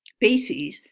basis,